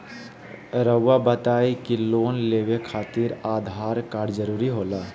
रौआ बताई की लोन लेवे खातिर आधार कार्ड जरूरी होला?